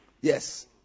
Yes